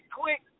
quick